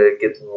get